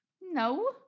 No